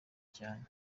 cyane